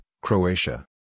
Croatia